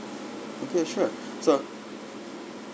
okay sure sir